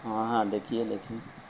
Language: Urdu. ہاں ہاں دیکھیے دیکھیے